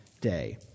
day